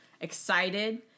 Excited